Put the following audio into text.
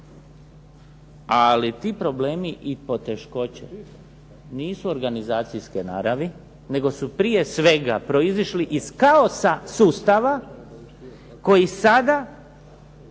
Ali ti problemi i poteškoće nisu organizacijske naravi, nego su prije svega proizišli iz kaosa sustava koji sada